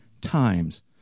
times